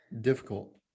difficult